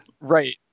Right